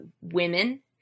women